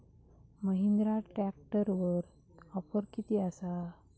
महिंद्रा ट्रॅकटरवर ऑफर किती आसा?